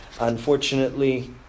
unfortunately